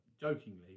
jokingly